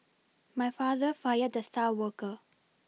my father fired the star worker